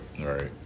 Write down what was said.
right